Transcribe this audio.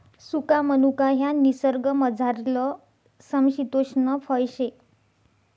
सुका मनुका ह्या निसर्गमझारलं समशितोष्ण फय शे